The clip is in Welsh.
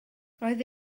roedd